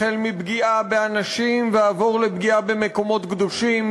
החל מפגיעה באנשים ועבור לפגיעה במקומות קדושים,